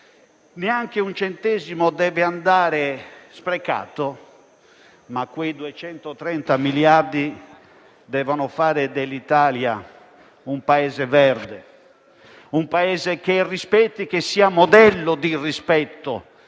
neanche un centesimo deve andare sprecato, ma quei 230 miliardi devono fare dell'Italia un Paese verde, un Paese che sia modello di rispetto